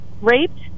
raped